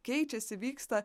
keičiasi vyksta